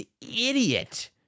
idiot